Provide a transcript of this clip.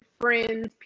friends